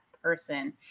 Person